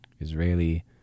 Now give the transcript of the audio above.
Israeli